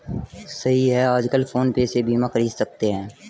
सही है आजकल फ़ोन पे से बीमा ख़रीद सकते हैं